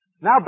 Now